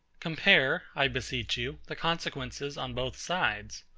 compare, i beseech you, the consequences on both sides.